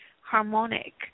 harmonic